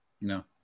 No